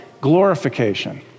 glorification